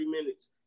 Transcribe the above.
minutes